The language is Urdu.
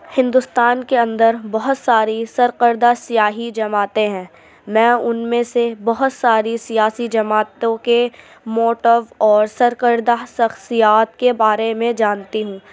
ہندوستان کے اندر بہت ساری سرکردہ سیاسی جماعتیں ہیں میں اُن میں سے بہت ساری سیاسی جماعتوں کے موٹو اور سرکردہ شخصیات کے بارے میں جانتی ہوں